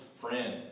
friend